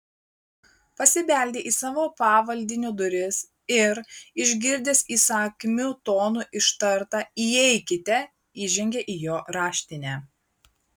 pasibeldė į savo pavaldinio duris ir išgirdęs įsakmiu tonu ištartą įeikite įžengė į jo raštinę